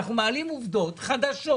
אנחנו מעלים עובדות חדשות